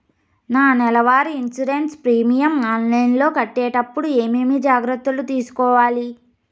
నా నెల వారి ఇన్సూరెన్సు ప్రీమియం ఆన్లైన్లో కట్టేటప్పుడు ఏమేమి జాగ్రత్త లు తీసుకోవాలి?